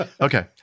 Okay